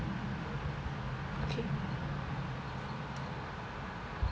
okay